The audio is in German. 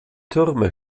türme